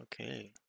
Okay